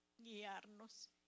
guiarnos